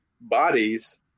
bodies